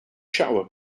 shower